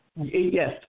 Yes